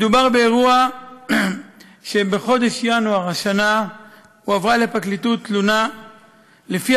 מדובר באירוע שבחודש ינואר השנה הועברה לפרקליטות תלונה שלפיה